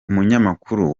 umunyamakuru